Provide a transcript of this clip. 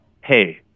Hey